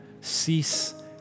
cease